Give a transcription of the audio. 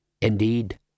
Indeed